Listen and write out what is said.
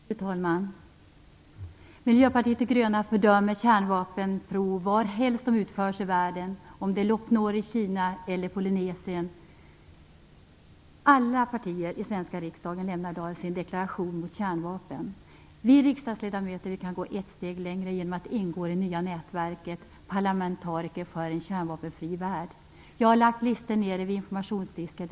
Fru talman! Miljöpartiet de gröna fördömer kärnvapenprov varhelst i världen de utförs, om det är i Lop Nor i Kina eller i Polynesien. Alla partier i svenska riksdagen lämnar i dag sin deklaration mot kärnvapen. Vi riksdagsledamöter kan gå ett steg längre genom att ingå i det nya nätverket Parlamentariker för en kärnvapenfri värld. Jag har lagt ut listor nere vid informationsdisken.